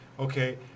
Okay